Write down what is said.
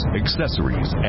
accessories